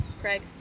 Craig